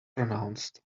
pronounced